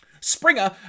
Springer